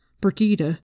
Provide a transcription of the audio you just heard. Brigida